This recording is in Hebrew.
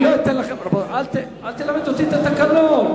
רבותי, אל תלמד אותי את התקנון.